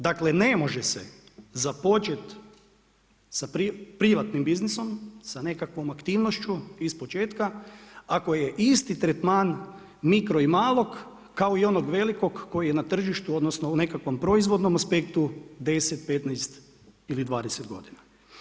Dakle, ne može se započeti sa privatnim biznisom, sa nekakvom aktivnošću ispočetka ako je isti tretman mikro i malog kao i onog velikog koji je na tržištu odnosno u nekakvom proizvodnom aspektu 10, 15 ili 20 godina.